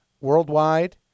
worldwide